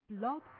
Love